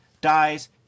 dies